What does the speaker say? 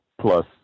plus